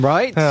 Right